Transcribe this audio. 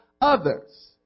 others